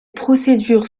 procédures